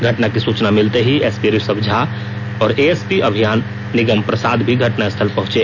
घटना की सूचना मिलते ही एसपी ऋषभ झा और एएसपी अभियान निगम प्रसाद भी घटनास्थल पहुंचे